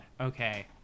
Okay